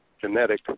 genetic